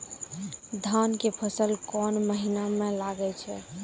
धान के फसल कोन महिना म लागे छै?